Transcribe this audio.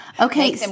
Okay